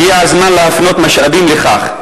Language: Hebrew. הגיע הזמן להפנות משאבים לכך.